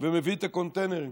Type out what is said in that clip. ומביא את הקונטיינרים.